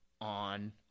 on